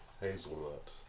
Hazelnut